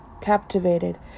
captivated